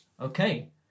Okay